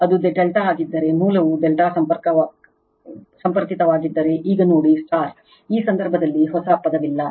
ಅದು∆ ಆಗಿದ್ದರೆ ಮೂಲವು ∆ ಸಂಪರ್ಕಿತವಾಗಿದ್ದರೆ ಈಗ ನೋಡಿ ಈ ಸಂದರ್ಭದಲ್ಲಿ ಹೊಸ ಪದವಿಲ್ಲ